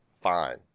fine